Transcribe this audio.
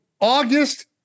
August